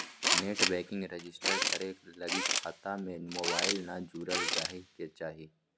net banking register करे लगी खता में मोबाईल न जुरल रहइ के चाही